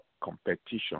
competition